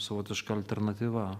savotiška alternatyva